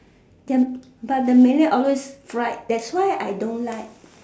but the millet always fried that's why I don't like